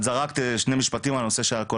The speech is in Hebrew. זרקת שני משפטים על הנושא של האלכוהול,